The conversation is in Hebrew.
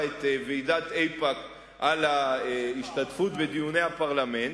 את ועידת איפא"ק על ההשתתפות בדיוני הפרלמנט,